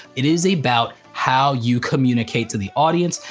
it is about how you communicate to the audience,